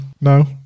No